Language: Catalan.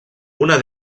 una